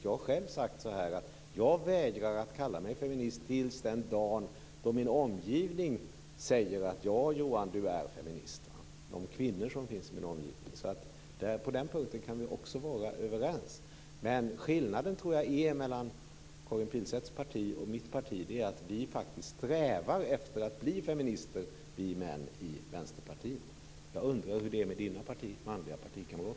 Jag har själv sagt att jag vägrar att kalla mig feminist till den dag då de kvinnor som finns i min omgivning säger: Ja, Johan, du är feminist. På den punkten kan vi också vara överens. Men jag tror att skillnaden mellan Karin Pilsäters parti och mitt parti är att vi män i Vänsterpartiet faktiskt strävar efter att bli feminister. Jag undrar hur det är med Karin Pilsäters manliga partikamrater.